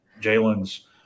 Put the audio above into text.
Jalen's